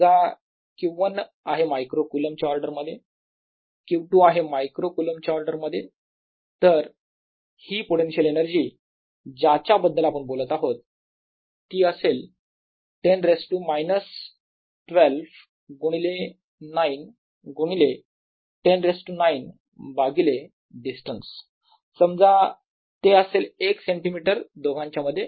समजा Q1 आहे micro coulomb च्या ऑर्डरमध्ये Q2 आहे मायक्रो कुलम च्या ऑर्डरमध्ये तर हि पोटेन्शिअल एनर्जी ज्याच्याबद्दल आपण बोलत आहोत ती असेल 10 रेज टू मायनस 12 गुणिले 9 गुणिले 10 रेज टू 9 भागिले डिस्टन्स समजा ते असेल 1 सेंटीमीटर दोघांच्या मध्ये